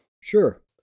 Sure